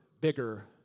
bigger